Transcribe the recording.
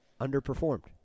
underperformed